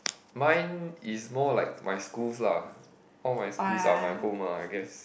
mine is more like my schools lah one of my schools are my home ah I guess